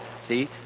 see